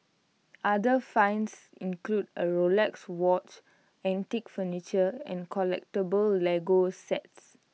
other finds include A Rolex watch antique furniture and collectable Lego sets